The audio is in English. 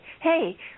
hey